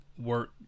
work